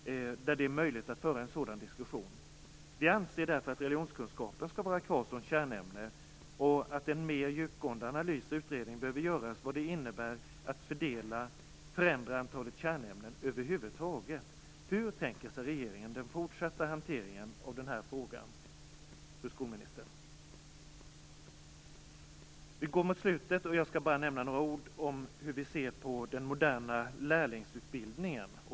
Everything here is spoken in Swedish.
Vi anser därför att religionskunskapen skall vara kvar som kärnämne och att en mer djupgående analys behöver göras i utredningen av vad det innebär att förändra antalet kärnämnen över huvud taget. Hur tänker sig regeringen den fortsatta hanteringen av den här frågan, fru skolminister? Vi går mot slutet av mitt anförande. Jag skall bara nämna några ord om hur vi ser på den moderna lärlingsutbildningen.